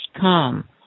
come